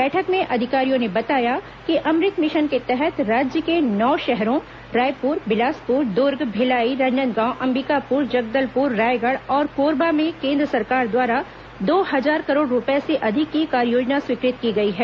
बैठक में अधिकारियों ने बताया कि अमृत मिशन के तहत राज्य के नौ शहरों रायपुर बिलासपुर दुर्ग भिलाई राजनांदगांव अंबिकापुर जगदलपुर रायगढ़ और कोरबा में केंद्र सरकार द्वारा दो हजार करोड़ रूपये से अधिक की कार्ययोजना स्वीकृत की गई है